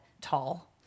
tall